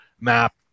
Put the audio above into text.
map